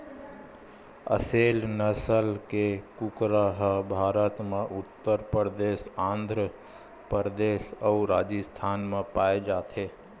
असेल नसल के कुकरा ह भारत म उत्तर परदेस, आंध्र परदेस अउ राजिस्थान म पाए जाथे